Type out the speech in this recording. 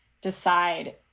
decide